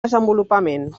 desenvolupament